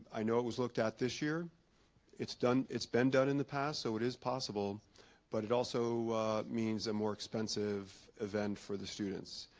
know it was looked at this year it's done it's been done in the past so it is possible but it also means a more expensive event for the students